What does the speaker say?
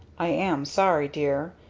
i am sorry, dear.